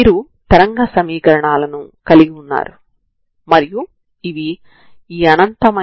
ఇచ్చిన సమీకరణం పాక్షిక అవకలన సమీకరణం